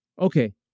Okay